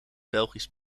belgisch